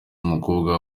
n’umukobwa